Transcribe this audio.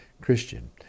christian